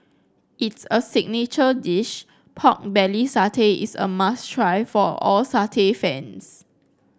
its a signature dish pork belly satay is a must try for all satay fans